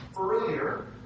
earlier